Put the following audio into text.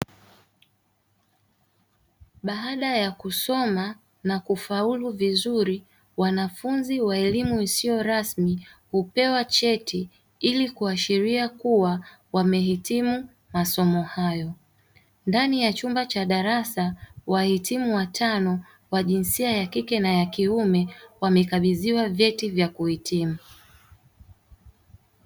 Baada ya kusoma na kufaulu vizuri ,wanafunzi wa elimu isiyo rasmi hupewa cheti ili kuashiria kuwa wamehitimu masomo hayo. Ndani ya chumba cha darasa wahitimu watano wa jinsia ya kike na ya kiume ,wamekabidhiwa vyeti vya kuhitimu.